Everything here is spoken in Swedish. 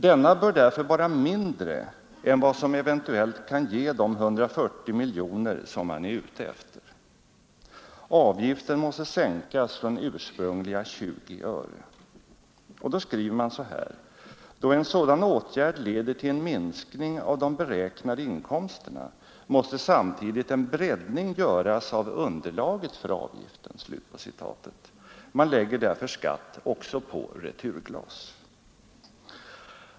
Denna bör därför vara mindre än vad som eventuellt kan ge de 140 miljoner som man är ute efter. Avgiften måste sänkas från ursprungliga 20 öre. Utskottet skriver så här: ”Då en sådan åtgärd leder till en minskning av de beräknade inkomsterna måste samtidigt en breddning göras av underlaget för avgiften.” Man lägger därför skatt också på returglas.